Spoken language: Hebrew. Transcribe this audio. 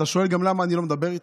אתה שואל גם למה אני לא מדבר איתך?